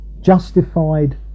justified